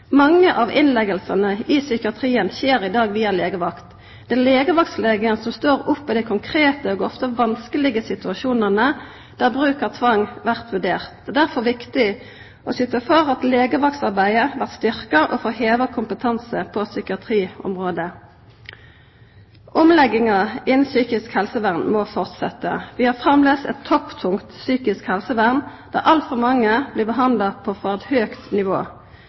Mange av innleggingane i psykiatrien skjer i dag via legevakt. Det er legevaktslegen som står oppe i dei konkrete og ofte vanskelege situasjonane der bruk av tvang blir vurdert. Det er derfor viktig å syta for at legevaktsarbeidet blir styrkt, og at legevakta får heva kompetansen på psykiatriområdet. Omlegginga innan psykisk helsevern må halda fram. Vi har framleis eit topptungt psykisk helsevern, der altfor mange blir behandla på eit for høgt nivå.